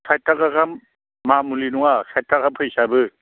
साथि थाखा गाहाम मामुलि नङा साथि थाखा फैसायाबो